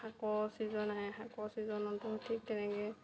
শাকৰ ছিজন আহে শাকৰ ছিজনতো ঠিক তেনেকে